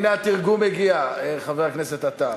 הנה התרגום הגיע, חבר הכנסת עטר.